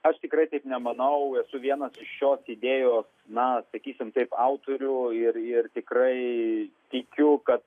aš tikrai taip nemanau esu vienas iš šios idėjos na sakykim taip autorių ir ir tikrai tikiu kad